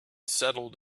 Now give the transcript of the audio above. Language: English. settled